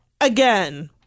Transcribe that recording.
Again